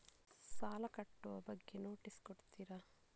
ಸಾಲ ಕಟ್ಟುವ ಬಗ್ಗೆ ನೋಟಿಸ್ ಕೊಡುತ್ತೀರ?